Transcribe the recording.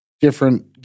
different